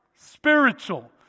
spiritual